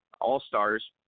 All-Stars